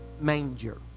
manger